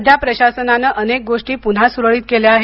सध्या प्रशासनाने अनेक गोष्टी पुन्हा सुरळीत केल्या आहेत